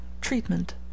Treatment